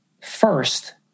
first